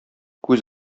күз